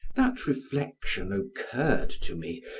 that reflection occurred to me,